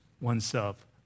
oneself